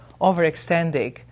overextending